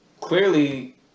clearly